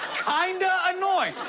kinda annoying!